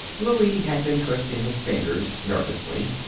louie had been twisting his fingers nervously.